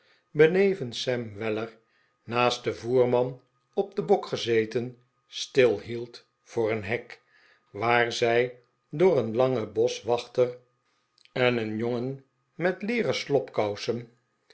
benevens sam weller naast den voerman op den bok gezeten stilhield voor een hek waar zij door een langen boschwachter en een jongen met leeren